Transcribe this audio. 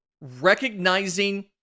recognizing